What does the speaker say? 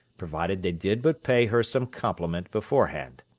provided they did but pay her some compliment beforehand.